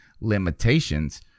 limitations